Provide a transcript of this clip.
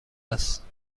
است